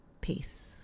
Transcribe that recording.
Peace